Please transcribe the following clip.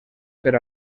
per